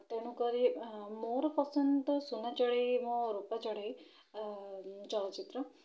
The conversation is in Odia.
ତେଣୁ କରି ମୋର ପସନ୍ଦ ତ ସୁନା ଚଢ଼େଇ ମୋ ରୁପା ଚଢ଼େଇ ଚଳଚ୍ଚିତ୍ର